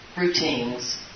routines